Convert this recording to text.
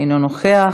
אינו נוכח.